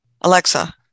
Alexa